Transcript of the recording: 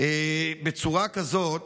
בצורה כזאת,